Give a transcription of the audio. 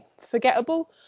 forgettable